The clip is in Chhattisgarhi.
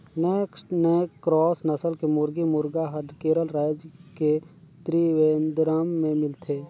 नैक्ड नैक क्रास नसल के मुरगी, मुरगा हर केरल रायज के त्रिवेंद्रम में मिलथे